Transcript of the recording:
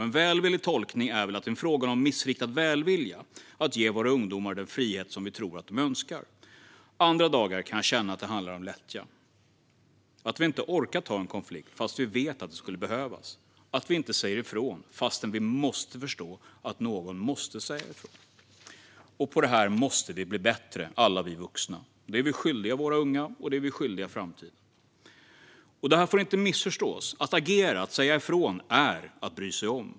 En välvillig tolkning är väl att det är fråga om missriktad välvilja att ge våra ungdomar den frihet som vi tror att de önskar. Andra dagar kan jag känna att det handlar om lättja, att vi inte orkar ta en konflikt, fastän vi vet att det skulle behövas, att vi inte säger ifrån, fastän vi måste förstå att någon måste säga ifrån. På detta måste vi bli bättre, alla vi vuxna. Det är vi skyldiga våra unga, och det är vi skyldiga framtiden. Detta får inte missförstås. Att agera, att säga ifrån, är att bry sig om.